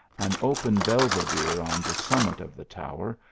an open belvedere on the summit of the tower,